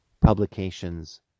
publications